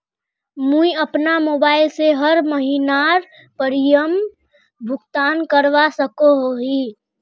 मुई अपना मोबाईल से हर महीनार प्रीमियम भुगतान करवा सकोहो ही?